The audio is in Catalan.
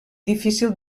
difícil